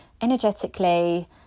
energetically